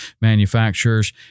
manufacturers